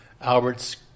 albert's